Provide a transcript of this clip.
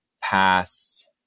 past